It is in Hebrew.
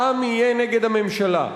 העם יהיה נגד הממשלה.